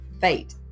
fate